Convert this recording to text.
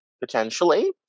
potentially